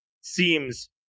seems